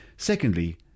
Secondly